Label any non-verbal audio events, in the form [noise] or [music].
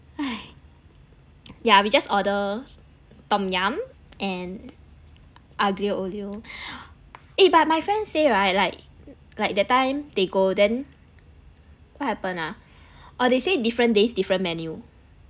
[noise] yeah we just order tom yum and aglio olio eh but my friend say right like like that time they go then what happen ah orh they say different days different menu